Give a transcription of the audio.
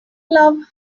love